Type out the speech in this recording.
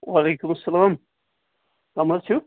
وعلیکُم اسلام کٕم حظ چھِو